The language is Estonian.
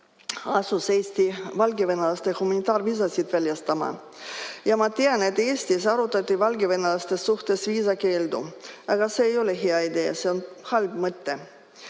asus Eesti valgevenelastele humanitaarviisasid väljastama. Ma tean, et Eestis on arutatud valgevenelaste suhtes viisakeeldu, aga see ei ole hea idee. See on halb mõte.